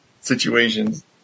situations